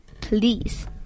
please